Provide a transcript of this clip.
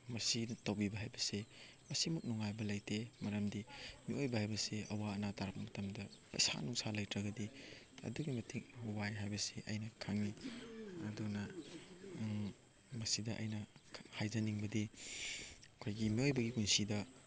ꯃꯁꯤ ꯇꯧꯕꯤꯕ ꯍꯥꯏꯕꯁꯦ ꯑꯁꯤꯃꯨꯛ ꯅꯨꯡꯉꯥꯏꯕ ꯂꯩꯇꯦ ꯃꯔꯝꯗꯤ ꯃꯤꯑꯣꯏꯕ ꯍꯥꯏꯕꯁꯦ ꯑꯋꯥ ꯑꯅꯥ ꯇꯥꯔꯛꯄ ꯃꯇꯝꯗ ꯄꯩꯁꯥ ꯅꯨꯡꯁꯥ ꯂꯩꯇ꯭ꯔꯒꯗꯤ ꯑꯗꯨꯛꯀꯤ ꯃꯇꯤꯛ ꯋꯥꯏ ꯍꯥꯏꯕꯁꯤ ꯑꯩꯅ ꯈꯪꯉꯤ ꯑꯗꯨꯅ ꯃꯁꯤꯗ ꯑꯩꯅ ꯍꯥꯏꯖꯅꯤꯡꯕꯗꯤ ꯑꯩꯈꯣꯏꯒꯤ ꯃꯤꯑꯣꯏꯕꯒꯤ ꯄꯨꯟꯁꯤꯗ